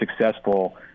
successful